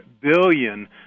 billion